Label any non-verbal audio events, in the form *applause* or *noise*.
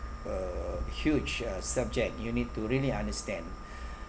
a huge uh subject you need to really understand *breath*